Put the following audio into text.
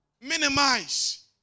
Minimize